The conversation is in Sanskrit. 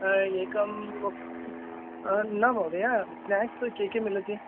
एकं न महोदय स्नाक्स् के के मिलति